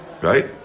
Right